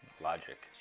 logic